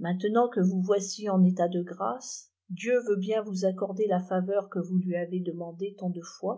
msàntetiiant que vous voici en état gtêe iheu vê ut bien vous accorder la faveur que vous lui avez demandée tant del i